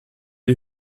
die